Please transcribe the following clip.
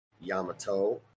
Yamato